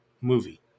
movie